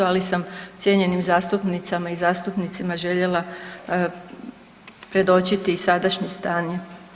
Ali sam cijenjenim zastupnicama i zastupnicima željela predočiti i sadašnje stanje.